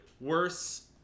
Worse